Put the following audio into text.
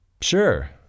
sure